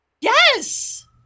Yes